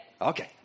Okay